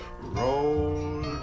Roll